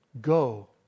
Go